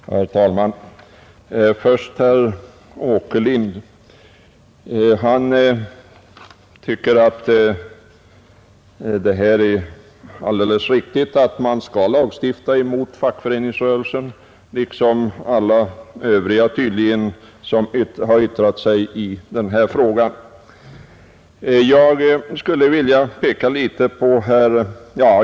Herr talman! Först herr Åkerlind! Han tycker — tydligen liksom alla Övriga som har yttrat sig i denna fråga — att det är alldeles riktigt att man skall lagstifta mot fackföreningsrörelsen.